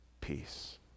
peace